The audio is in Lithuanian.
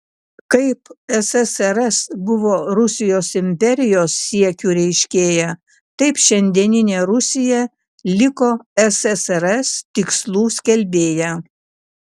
kaip ssrs buvo rusijos imperijos siekių reiškėja taip šiandieninė rusija liko ssrs tikslų skelbėja